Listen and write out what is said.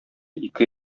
ике